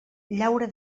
llaura